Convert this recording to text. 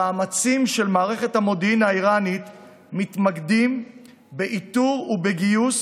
המאמצים של מערכת המודיעין האיראנית מתמקדים באיתור ובגיוס